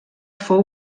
fou